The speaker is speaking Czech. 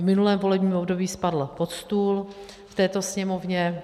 V minulém volebním období spadl pod stůl v této Sněmovně.